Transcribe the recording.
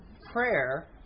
prayer